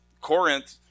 Corinth